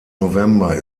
november